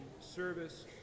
service